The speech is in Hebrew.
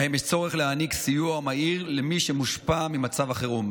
שבהם יש צורך להעניק סיוע מהיר למי שמושפע ממצב החירום.